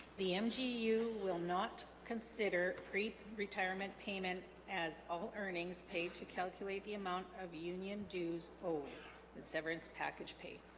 the mg you will not consider creep retirement payment as all earnings paid to calculate the amount of union dues owe the severance package paid